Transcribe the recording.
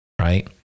right